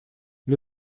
для